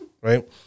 right